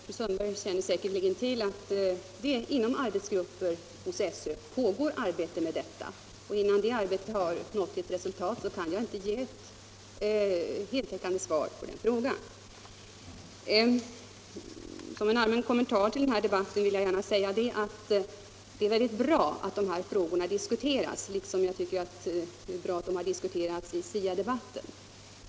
Herr talman! Fru Sundberg känner säkerligen till att det i arbetsgrupper hos SÖ pågår arbete med denna fråga, och innan det arbetet har nått ett resultat kan jag inte ge något svar. Som en allmän kommentar vill jag gärna säga att det är bra att de här frågorna diskuteras liksom det är bra att de har diskuterats i SIA debatten.